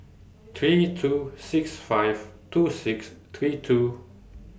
three two six five two six three two